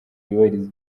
yubahiriza